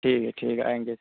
ٹھیک ہے ٹھیک ہے آئیں گے